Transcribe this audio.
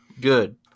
good